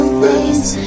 face